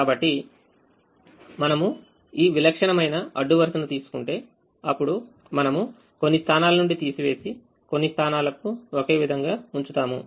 కాబట్టి మనము ఈ విలక్షణమైనఅడ్డు వరుసను తీసుకుంటే అప్పుడు మనము కొన్ని స్థానాల నుండి తీసివేసి కొన్ని స్థానాలను ఒకే విధంగా ఉంచుతాము